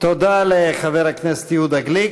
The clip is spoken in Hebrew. תודה לחבר הכנסת יהודה גליק.